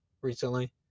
recently